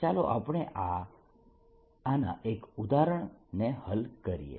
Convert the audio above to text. ચાલો આપણે આના એક ઉદાહરણને હલ કરીએ